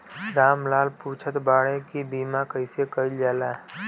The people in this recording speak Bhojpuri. राम लाल पुछत बाड़े की बीमा कैसे कईल जाला?